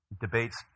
debates